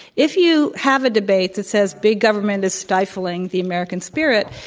if you have a debate that says big government is stifling the american spirit,